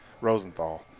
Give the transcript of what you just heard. Rosenthal